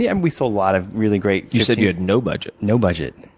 yeah and we sold a lot of really great you said you had no budget. no budget,